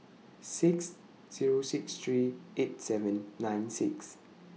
six Zero six three eight seven nine six